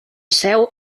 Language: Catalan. seu